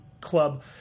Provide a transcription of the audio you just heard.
Club